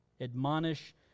Admonish